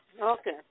Okay